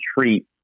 treat